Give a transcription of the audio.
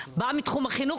באה מתחום החינוך,